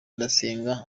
ndasenga